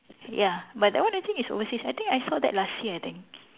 ya but that one I think it's overseas I think I saw that last year I think